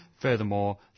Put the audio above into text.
Furthermore